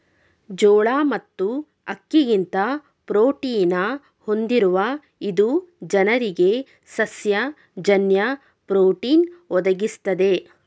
ಜೋಳ ಮತ್ತು ಅಕ್ಕಿಗಿಂತ ಪ್ರೋಟೀನ ಹೊಂದಿರುವ ಇದು ಜನರಿಗೆ ಸಸ್ಯ ಜನ್ಯ ಪ್ರೋಟೀನ್ ಒದಗಿಸ್ತದೆ